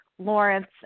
Lawrence